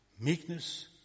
Meekness